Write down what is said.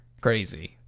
crazy